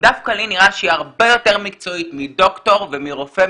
דווקא לי נראה שהיא הרבה יותר מקצועית מדוקטור ומרופא,